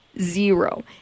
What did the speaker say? Zero